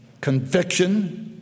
conviction